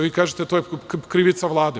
Vi kažete – to je krivica Vlade.